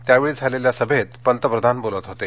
त्यावेळी झालेल्या सभेत पंतप्रधान बोलत होते